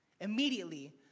Immediately